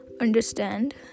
understand